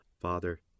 Father